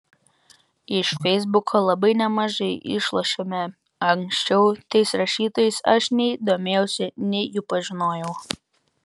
iš feisbuko labai nemažai išlošėme anksčiau tais rašytojais aš nei domėjausi nei jų pažinojau